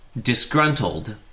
disgruntled